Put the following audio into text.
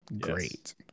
great